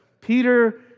Peter